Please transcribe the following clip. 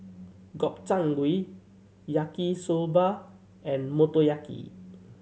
Gobchang Gui Yaki Soba and Motoyaki